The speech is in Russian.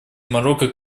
марокко